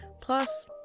Plus